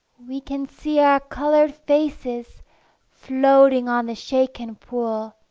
we can see our colored faces floating on the shaken pool